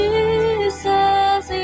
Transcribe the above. Jesus